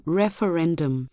referendum